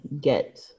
get